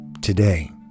today